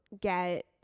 get